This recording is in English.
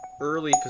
early